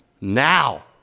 now